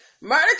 murder